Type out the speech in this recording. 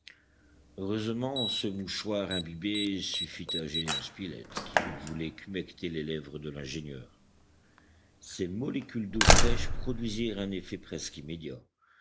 heureusement ce mouchoir imbibé suffit à gédéon spilett qui ne voulait qu'humecter les lèvres de l'ingénieur ces molécules d'eau fraîche produisirent un effet presque immédiat